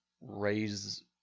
raise